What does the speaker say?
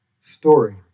story